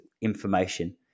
information